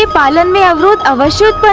ah garland made of ah